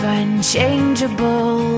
unchangeable